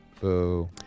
Boo